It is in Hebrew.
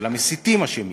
אבל המסיתים אשמים,